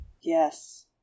Yes